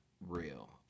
real